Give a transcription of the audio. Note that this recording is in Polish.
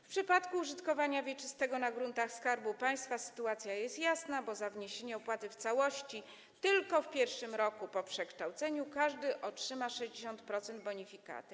W przypadku użytkowania wieczystego na gruntach Skarbu Państwa sytuacja jest jasna, bo za wniesienie opłaty w całości tylko w pierwszym roku po przekształceniu każdy otrzyma 60% bonifikaty.